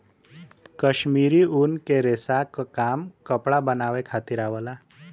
कश्मीरी ऊन के रेसा क काम कपड़ा बनावे खातिर आवला